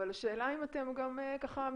אבל השאלה אם אתם גם מסתכלים,